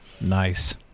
Nice